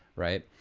right?